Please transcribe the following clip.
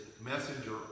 messenger